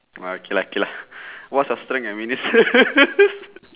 oh okay lah okay lah what's your strength and weaknesses